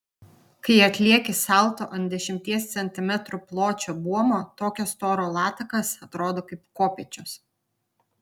kai atlieki salto ant dešimties centimetrų pločio buomo tokio storio latakas atrodo kaip kopėčios